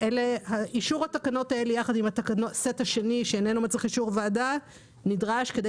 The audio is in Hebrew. אישור התקנות האלה יחד הסט השני שאיננו מצריך אישור ועדה נדרש כדי